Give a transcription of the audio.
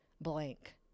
blank